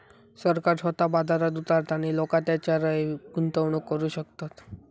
सरकार स्वतः बाजारात उतारता आणि लोका तेच्यारय गुंतवणूक करू शकतत